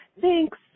Thanks